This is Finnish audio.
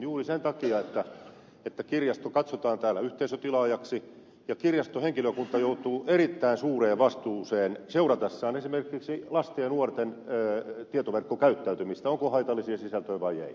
juuri sen takia että kirjasto katsotaan täällä yhteisötilaajaksi ja kirjaston henkilökunta joutuu erittäin suureen vastuuseen seuratessaan esimerkiksi lasten ja nuorten tietoverkkokäyttäytymistä onko haitallisia sisältöjä vai ei